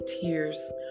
tears